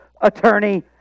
attorney